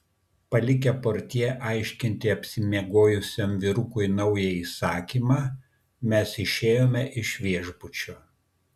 palikę portjė aiškinti apsimiegojusiam vyrukui naują įsakymą mes išėjome iš viešbučio